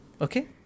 Okay